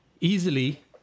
Easily